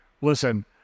Listen